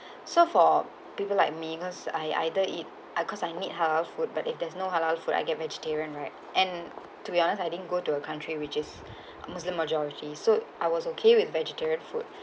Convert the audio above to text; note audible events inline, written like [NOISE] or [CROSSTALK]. [BREATH] so for people like me because I either eat I cause I need halal food but if there's no halal food I get vegetarian right and to be honest I didn't go to a country which is [BREATH] muslim majority so I was okay with vegetarian food [BREATH]